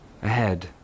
Ahead